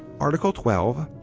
art. twelve.